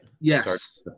Yes